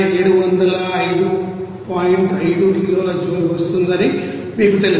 5 కిలోల జూల్ వస్తోందని మీకు తెలుసు